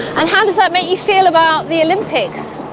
and how does that make you feel about the olympics?